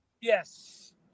Yes